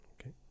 Okay